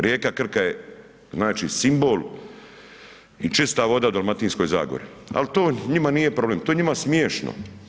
Rijeka Krka je znači simbol i čista voda u Dalmatinskoj zagori ali to njima nije problem, to je njima smiješno.